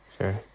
Sure